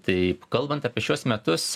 taip kalbant apie šiuos metus